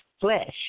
flesh